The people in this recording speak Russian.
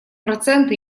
проценты